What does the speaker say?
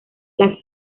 las